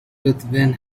ruthven